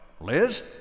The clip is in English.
Liz